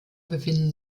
befinden